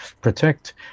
protect